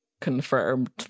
confirmed